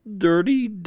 Dirty